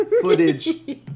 footage